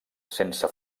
sense